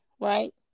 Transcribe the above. right